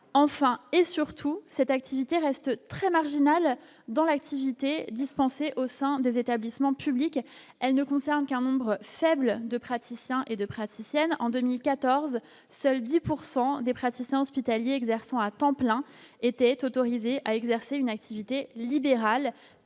enfin et surtout, cette activité reste très marginal dans l'activité dispensée au sein des établissements publics, elle ne concerne qu'un nombre faible de praticiens et de praticienne en 2014, seuls 10 pourcent des des praticiens hospitaliers exerçant à temps plein étaient autorisés à exercer une activité libérale,